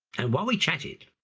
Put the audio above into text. and while we chatted,